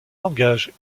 langage